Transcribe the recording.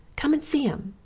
come and see em.